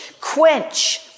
quench